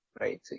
right